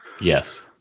Yes